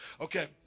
Okay